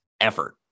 effort